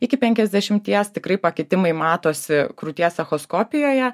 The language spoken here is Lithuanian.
iki penkiasdešimties tikrai pakitimai matosi krūties echoskopijoje